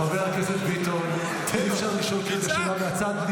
חבר הכנסת ביטון, נרשמה בקשתך לשאול שאלה מהצד.